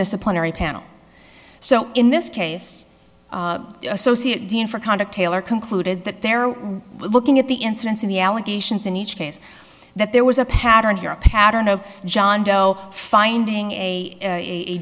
disciplinary panel so in this case associate dean for conduct taylor concluded that there are looking at the incidents in the allegations in each case that there was a pattern here a pattern of john doe finding a